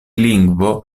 lingvo